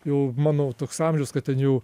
jau mano toks amžius kad ten jau